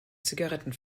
zigaretten